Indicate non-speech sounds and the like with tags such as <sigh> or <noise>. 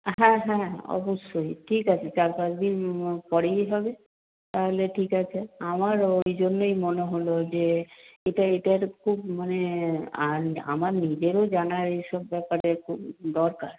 হ্যাঁ হ্যাঁ অবশ্যই ঠিক আছে চার পাঁচদিন পরেই হবে তাহলে ঠিক আছে আমার ওই জন্যই মনে হল যে এটা এটার খুব মানে <unintelligible> আমার নিজেরও জানার এসব ব্যাপারে খুব দরকার